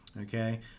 okay